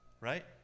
right